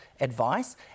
advice